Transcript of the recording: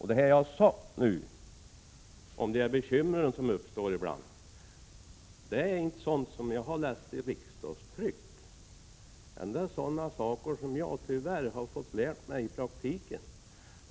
Vad jag nu har sagt om de bekymmer som ibland uppstår är inte sådant som jag har läst i riksdagstrycket, utan det är sådant som jag tyvärr fått lära mig i praktiken.